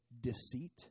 deceit